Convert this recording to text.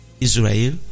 Israel